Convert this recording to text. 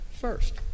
first